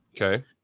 Okay